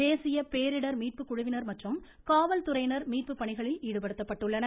தேசிய பேரிடர் மீட்பு குழுவினர் மற்றும் காவல்துறையினர் மீட்பு பணிகளில் ஈடுபடுத்தப்பட்டுள்ளனர்